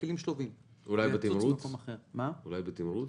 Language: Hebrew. אולי בתמרוץ?